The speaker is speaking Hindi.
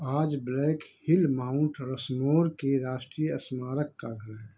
आज ब्लैक हिल माउण्ट रशमोर के राष्ट्रीय अस्मारक का घर है